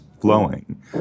flowing